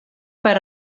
per